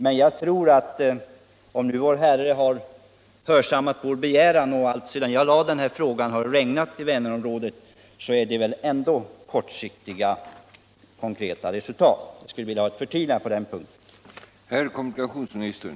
Men jag tror att även om nu Vår Herre har hörsammat vår begäran — alltsedan jag framställde den här frågan har det regnat i Vänerområdet — rör det sig ändå bara om kortsiktiga konkreta resultat. Jag skulle vilja ha ett förtydligande på den punkten.